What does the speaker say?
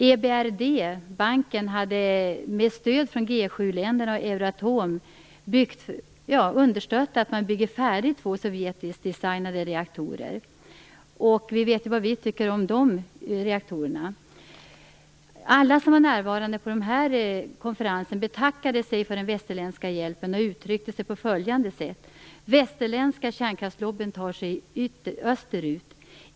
EBRD-banken hade med stöd från G 7-länderna och Euroatom stöttat färdigbyggandet av två sovjetiskt designade reaktorer, och vi vet ju vad vi tycker om sådana reaktorer. Alla som var närvarande på dessa konferenser betackade sig för den västerländska hjälpen och uttryckte sig på följande sätt: Västerländska kärnkraftslobbyn tar sig österut!